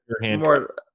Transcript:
more